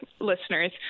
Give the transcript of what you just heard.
listeners